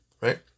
right